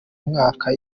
mwaka